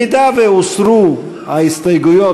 אם הוסרו ההסתייגויות,